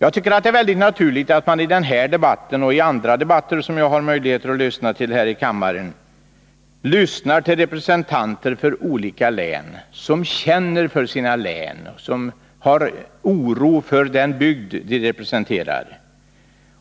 Jag tycker det är naturligt att i den här debatten — och i andra debatter som jag har möjlighet att lyssna till här i kammaren — lyssna till representanter för olika län, som känner oro för sina län och för den bygd de representerar.